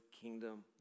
kingdom